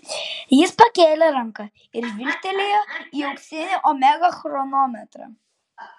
jis pakėlė ranką ir žvilgtelėjo į auksinį omega chronometrą